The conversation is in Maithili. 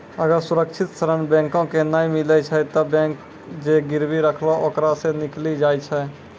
अगर सुरक्षित ऋण बैंको के नाय मिलै छै तै बैंक जे गिरबी रखलो ओकरा सं निकली जाय छै